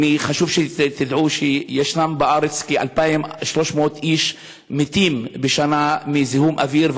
חשוב שתדעו שבארץ כ-2,300 איש בשנה מתים מזיהום אוויר,